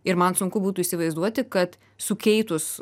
ir man sunku būtų įsivaizduoti kad sukeitus